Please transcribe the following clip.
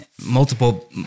multiple